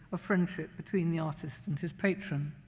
of friendship between the artist and his patron.